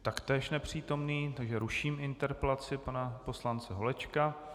Taktéž nepřítomný, takže ruším interpelaci pana poslance Holečka.